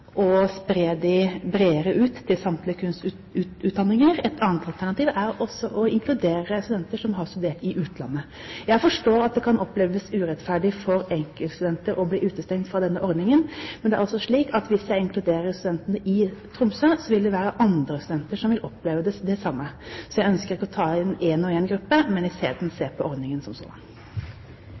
og spre dem bredere ut til samtlige kunstutdanninger. Et annet alternativ er å inkludere studenter som har studert i utlandet. Jeg forstår at det kan oppleves urettferdig for enkeltstudenter å bli utestengt fra denne ordningen, men det er altså slik at hvis vi inkluderer studentene i Tromsø, vil det være andre studenter som vil oppleve det samme. Så jeg ønsker ikke å ta inn en og en gruppe, men vil isteden se på ordningen som sådan.